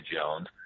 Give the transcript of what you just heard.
Jones